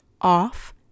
off